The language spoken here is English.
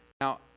Now